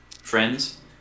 friends